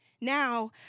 Now